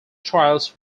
trials